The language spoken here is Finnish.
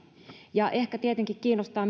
ja ehkä tietenkin kiinnostaa